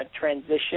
transition